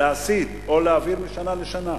להסיט או להעביר משנה לשנה.